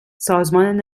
سازمان